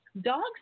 dogs